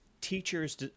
teachers